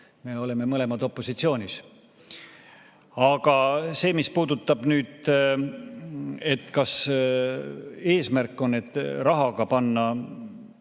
Me oleme mõlemad opositsioonis. Aga mis puudutab seda, kas eesmärk on, et rahaga panna